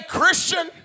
Christian